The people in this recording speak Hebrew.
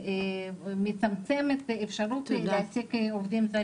ומצמצם את האפשרות להעסיק עובדים זרים.